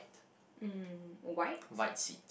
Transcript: mm white